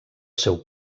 seu